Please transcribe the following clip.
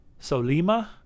Solima